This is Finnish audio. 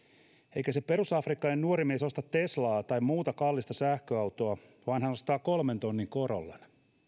eikä se perusafrikkalainen nuori mies osta teslaa tai muuta kallista sähköautoa vaan hän ostaa kolmen tonnin corollan